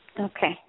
Okay